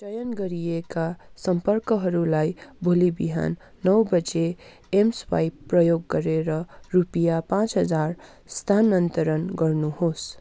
चयन गरिएका सम्पर्कहरूलाई भोलि बिहान नौ बजे एमस्वाइप प्रयोग गरेर रुपियाँ पाँच हजार स्थानान्तरण गर्नुहोस्